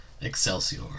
Excelsior